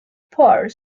park